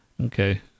Okay